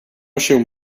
się